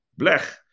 blech